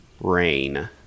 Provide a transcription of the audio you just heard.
rain